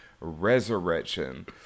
Resurrection